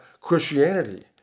Christianity